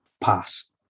pass